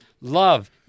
love